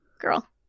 Girl